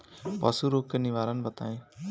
पशु रोग के निवारण बताई?